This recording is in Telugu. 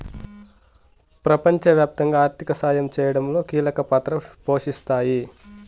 ప్రపంచవ్యాప్తంగా ఆర్థిక సాయం చేయడంలో కీలక పాత్ర పోషిస్తాయి